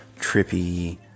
trippy